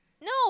No